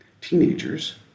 Teenagers